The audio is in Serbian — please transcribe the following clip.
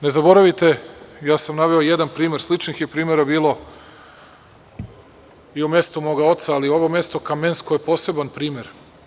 Ne zaboravite, ja sam naveo jedan primer, a sličnih je primera bilo i u mestu moga oca, ali ovo mesto Kamensko je poseban primer.